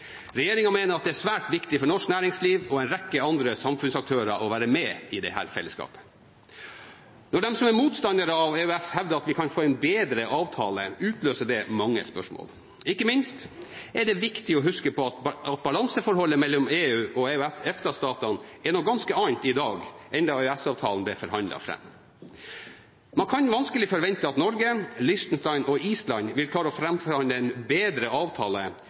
er svært viktig for norsk næringsliv og en rekke andre samfunnsaktører å være med i dette fellesskapet. Når de som er motstandere av EØS, hevder at vi kan få en bedre avtale, utløser det mange spørsmål. Ikke minst er det viktig å huske på at balanseforholdet mellom EU og EØS-/EFTA-statene er noe ganske annet i dag enn da EØS-avtalen ble forhandlet fram. Man kan vanskelig forvente at Norge, Liechtenstein og Island vil klare å forhandle fram en bedre avtale